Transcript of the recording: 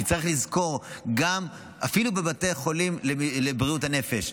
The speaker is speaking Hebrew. צריך לזכור, אפילו בבתי החולים לבריאות הנפש,